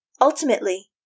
Ultimately